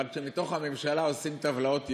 אבל כשבתוך הממשלה עושים טבלאות ייאוש,